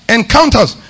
encounters